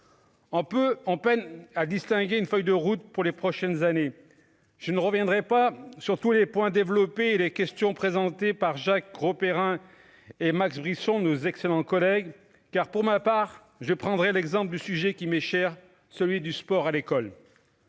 en peine à distinguer une feuille de route pour les prochaines années, je ne reviendrai pas sur tous les points développés les questions présenté par Jacques Grosperrin et Max Brisson nos excellents collègues car pour ma part, je prendrai l'exemple du sujet qui m'est cher, celui du sport à l'école,